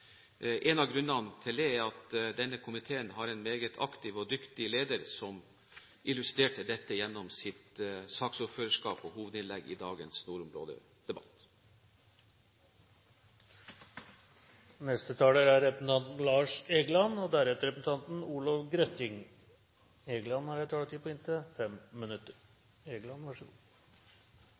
en suksess. En av grunnene til det er at denne komiteen har en meget aktiv og dyktig leder som illustrerte dette gjennom sitt saksordførerskap og hovedinnlegg i dagens nordområdedebatt. Nordområdene er, for å sitere meldinga, en global kunnskapsbank for miljø, klima og